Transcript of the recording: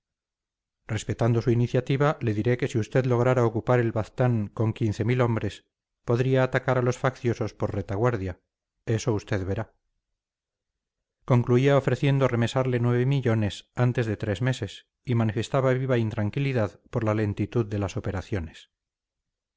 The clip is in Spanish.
respetando su iniciativa le diré que si usted lograra ocupar el baztán con quince mil hombres podría atacar a los facciosos por retaguardia eso usted verá concluía ofreciendo remesarle nueve millones antes de tres meses y manifestaba viva intranquilidad por la lentitud de las operaciones